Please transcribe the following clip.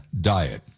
Diet